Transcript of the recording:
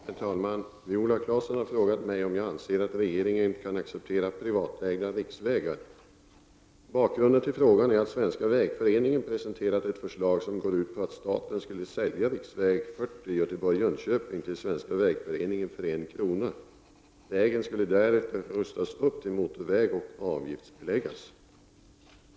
Herr talman! Viola Claesson har frågat mig om jag anser att regeringen kan acceptera privatägda riksvägar. Bakgrunden till frågan är att Svenska Vägföreningen presenterat ett förslag som går ut på att staten skulle sälja riksväg 40 Göteborg— Jönköping till Svenska vägföreningen för en krona. Vägen skulle därefter rustas upp till motorväg och avgiftsbeläggas.